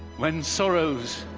when sorrows